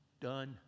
Done